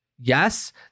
Yes